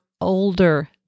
older